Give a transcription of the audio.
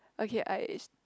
okay I